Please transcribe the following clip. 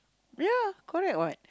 ya correct what